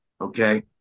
Okay